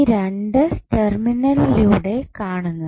ഈ രണ്ട് ടെർമിനലിലൂടെ കാണുന്നത്